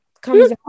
comes